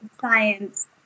science